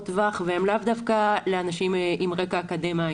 טווח והן לאו דווקא לאנשים עם רקע אקדמאי.